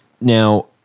now